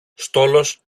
στόλος